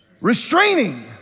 Restraining